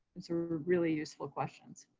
and sort of were really useful questions.